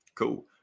Cool